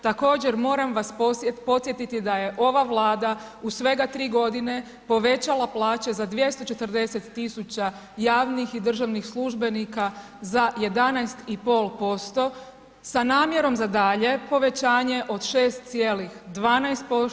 Također moram vas podsjetiti da je ova Vlada u svega tri godine povećala plaće za 240 tisuća javnih i državnih službenika za 11,5% sa namjerom za dalje povećanje od 6,12%